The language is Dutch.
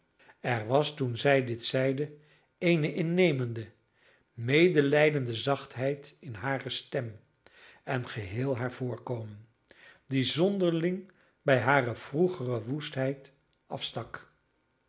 er was toen zij dit zeide eene innemende medelijdende zachtheid in hare stem en geheel haar voorkomen die zonderling bij hare vroegere woestheid afstak